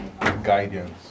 Guidance